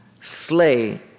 slay